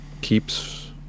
keeps